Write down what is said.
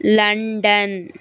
London